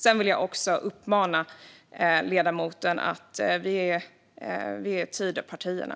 Sedan vill jag uppmana ledamoten: Vi är Tidöpartierna.